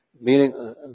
meaning